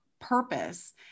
purpose